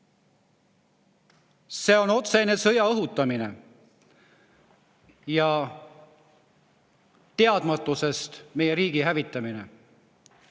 See on otsene sõjaõhutamine ja teadmatusest meie riigi hävitamine.